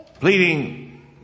pleading